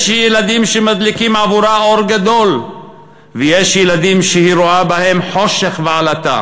יש ילדים שמדליקים עבורה אור גדול ויש ילדים שהיא רואה בהם חושך ועלטה,